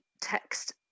text